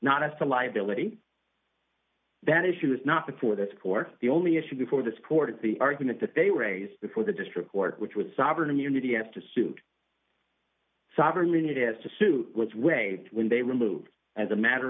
not as to liability that issue is not before this for the only issue for the sport is the argument that they raised before the district court which was sovereign immunity as to suit sovereign immunity as to sue which way when they removed as a matter